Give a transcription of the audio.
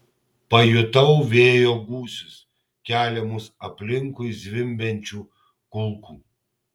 pajutau vėjo gūsius keliamus aplinkui zvimbiančių kulkų